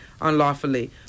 unlawfully